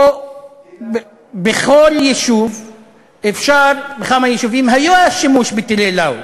בכמה יישובים היה שימוש בטילי "לאו",